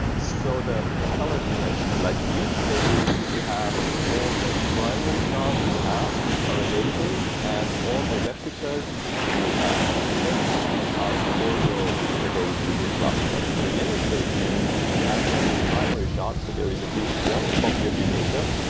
so the colors you mentioned, like green state is you have all the primary shards you have area available, and all the replicas you have configured are also available in your cluster. the yellow state means you have all your primary shards, so there is at least one copy of your data,